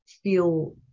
feel